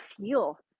feel